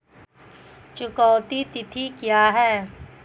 चुकौती तिथि क्या है?